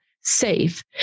safe